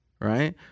right